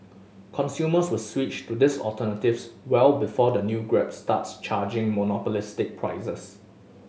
consumers will switch to these alternatives well before the new Grab starts charging monopolistic prices